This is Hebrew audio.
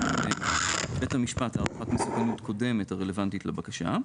בפני בית המשפט הערכת מסוכנות קודמת הרלוונטית לבקשה,